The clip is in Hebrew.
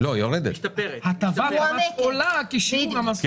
הטבה עולה כשיעור המסלול.